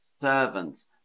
servants